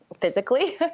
physically